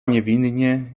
niewinnie